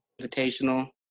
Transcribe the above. Invitational